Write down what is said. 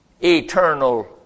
eternal